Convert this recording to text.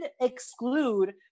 exclude